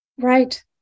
Right